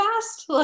fast